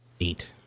eight